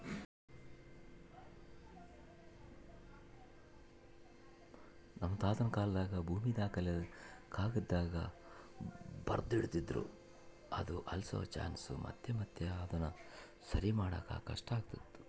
ನಮ್ ತಾತುನ ಕಾಲಾದಾಗ ಭೂಮಿ ದಾಖಲೆನ ಕಾಗದ್ದಾಗ ಬರ್ದು ಇಡ್ತಿದ್ರು ಅದು ಅಳ್ಸೋ ಚಾನ್ಸ್ ಇತ್ತು ಮತ್ತೆ ಅದುನ ಸರಿಮಾಡಾಕ ಕಷ್ಟಾತಿತ್ತು